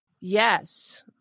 yes